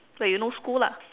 when you no school lah